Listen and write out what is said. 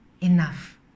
enough